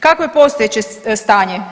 Kakvo je postojeće stanje?